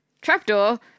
trapdoor